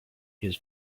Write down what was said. his